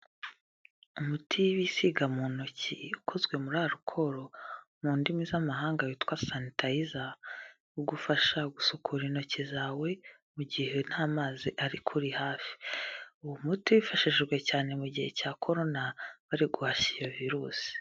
Umuti bisiga mu ntoki ukozwe muri arukoro mu ndimi z'amahanga witwa sanitayiza, ugufasha gusukura intoki zawe, mu gihe nta mazi ari kuri hafi, uwo umuti wifashishijwe cyane mu gihe cya korona bari guhashya iyo virusi.